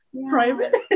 private